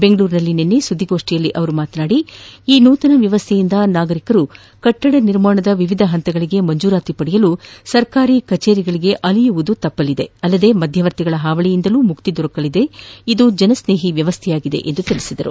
ಬೆಂಗಳೂರಿನಲ್ಲಿ ನಿನ್ನೆ ಸುದ್ದಿಗೋಷ್ಠಿಯಲ್ಲಿ ಮಾತನಾಡಿದ ಅವರು ಈ ನೂತನ ವ್ಯವಸ್ಟೆಯಿಂದ ನಾಗರಿಕರು ಕಟ್ಟಡ ನಿರ್ಮಾಣದ ವಿವಿಧ ಹಂತಗಳಿಗೆ ಮಂಜೂರಾತಿ ಪಡೆಯಲು ಸರ್ಕಾರಿ ಕಚೇರಿಗಳಿಗೆ ಅಲೆಯುವುದು ತಪ್ಪಲಿದೆ ಅಲ್ಲದೆ ಮಧ್ವವರ್ತಿಗಳ ಹಾವಳಿಯಿಂದಲೂ ಮುಕ್ತಿ ದೊರೆಯಲಿದ್ದು ಇದು ಜನಸ್ನೇಹಿ ವ್ಯವಸ್ಟೆಯಾಗಿದೆ ಎಂದು ಹೇಳಿದರು